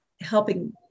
helping